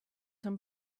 some